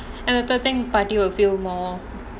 another thing but you will feel more